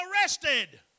arrested